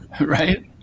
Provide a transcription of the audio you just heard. right